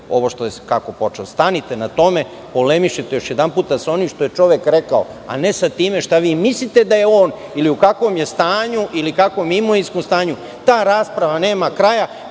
ovako kako je počelo. Stanite na tome, polemišite još jedanput sa onim što je čovek rekao, a ne sa time šta vi mislite da je on ili u kakvom je stanju ili u kakvom je imovinskom stanju. Ta rasprava nema kraja,